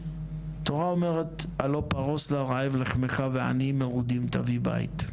התורה אומרת הלוא פרוס לרעב לחמך ועניים מרודים תביא בית.